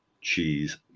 cheese